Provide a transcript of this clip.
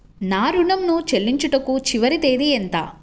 నా ఋణం ను చెల్లించుటకు చివరి తేదీ ఎంత?